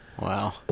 Wow